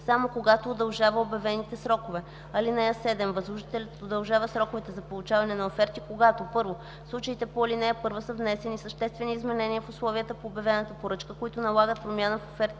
само когато удължава обявените срокове. (7) Възложителят удължава сроковете за получаване на оферти, когато: 1. в случаите по ал. 1 са внесени съществени изменения в условията по обявената поръчка, които налагат промяна в офертите